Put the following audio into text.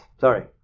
sorry